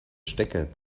stecker